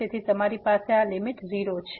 તેથી તમારી પાસે આ લીમીટ 0 છે